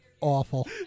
Awful